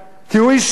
כי הוא איש החוק.